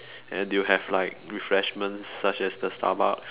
and they will have like refreshments such as the starbucks